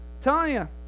Tanya